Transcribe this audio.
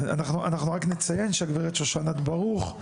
משקיעה.